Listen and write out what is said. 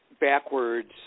backwards